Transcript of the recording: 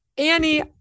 Annie